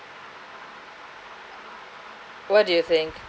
what do you think